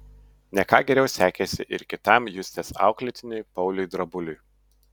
ne ką geriau sekėsi ir kitam justės auklėtiniui pauliui drabuliui